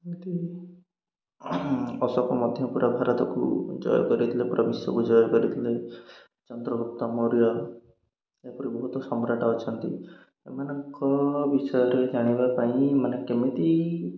ଏମିତି ଅଶୋକ ମଧ୍ୟ ପୁରା ଭାରତକୁ ଜୟ କରିଥିଲେ ପୁରା ବିଶ୍ୱକୁ ଜୟ କରିଥିଲେ ଚନ୍ଦ୍ରଗୁପ୍ତ ମୌଯ୍ୟ ଏପରି ବହୁତ ସମ୍ରାଟ ଅଛନ୍ତି ଏମାନଙ୍କ ବିଷୟରେ ଜାଣିବା ପାଇଁ ମାନେ କେମିତି